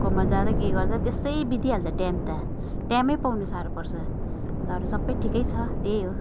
कोमा जाँदा के गर्दा त्यसै बितिहाल्छ टाइम त टाइमै पाउनु साह्रो पर्छ अन्त अरू सबै ठिकै छ त्यही हो